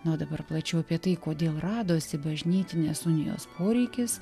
na o dabar plačiau apie tai kodėl radosi bažnytinės unijos poreikis